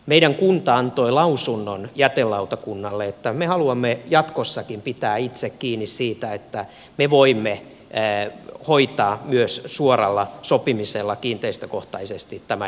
meidän kunta antoi lausunnon jätelautakunnalle että me haluamme jatkossakin pitää itse kiinni siitä että me voimme hoitaa myös suoralla sopimisella kiinteistökohtaisesti tämän jätehuollon